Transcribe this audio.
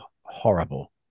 horrible